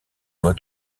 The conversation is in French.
noix